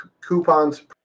coupons